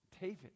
David